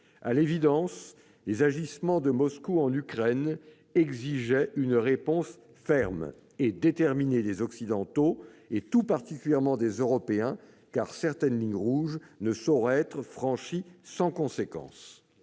À l'évidence, les agissements de Moscou en Ukraine exigeaient une réponse ferme et déterminée des Occidentaux, et tout particulièrement des Européens, car certaines lignes rouges ne sauraient être franchies sans conséquence.